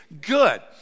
Good